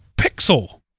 Pixel